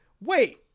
wait